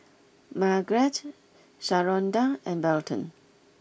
Margret Sharonda and Belton